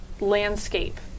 landscape